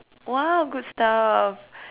!wow! good stuff